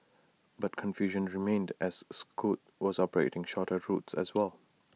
but confusion remained as scoot was operating shorter routes as well